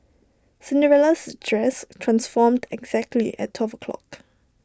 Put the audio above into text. Cinderella's dress transformed exactly at twelve o' clock